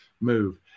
move